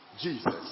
Jesus